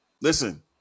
Listen